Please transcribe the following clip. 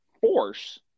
force